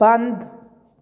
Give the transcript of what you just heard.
ਬੰਦ